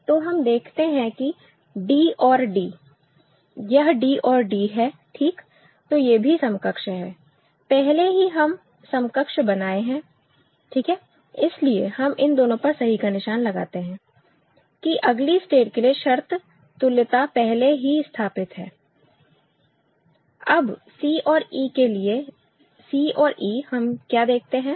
तो हम देखते हैं कि d और d यह d और d है ठीक तो ये भी समकक्ष है पहले ही हम समकक्ष बनाए हैं ठीक है इसलिए हम इन दोनों पर सही का निशान लगाते हैं कि अगली स्टेट के लिए शर्त तुल्यता पहले ही स्थापित है अब c और e के लिए c और e हम क्या देखते हैं